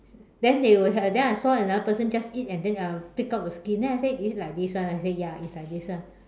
then they will then I saw another person just eat and then uh take out the skin then I say is it like this [one] and I say ya it's like this [one]